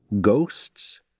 ghosts